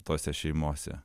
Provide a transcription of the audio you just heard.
tose šeimose